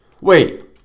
Wait